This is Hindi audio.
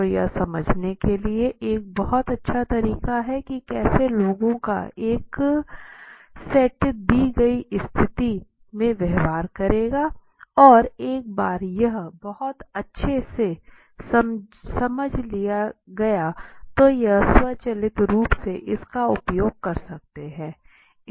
तो यह समझने के लिए एक बहुत अच्छा तरीका है कि कैसे लोगों का एक सेट दी गयी स्थिति में व्यवहार करेगा और एक बार यह बहुत अच्छे से समझ लिया गया तो यह स्वचालित रूप से इसका उपयोग कर सकते हैं